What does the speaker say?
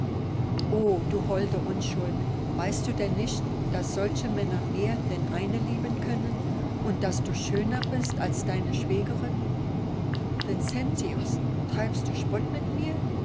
o du holde unschuld weißt du denn nicht daß solche männer mehr denn eine lieben können und daß du schöner bist als deine schwägerin vincentius treibst du spott mit mir